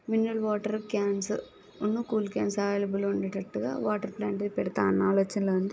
mineral water cans కొన్ని cool cans అవైలబుల్గా ఉండేటట్టుగా వాటర్ ప్లాంట్ని పెడతా అన్న ఆలోచనలో ఉంది